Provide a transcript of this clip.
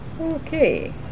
Okay